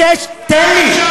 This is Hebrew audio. למה אין מועצה חדשה?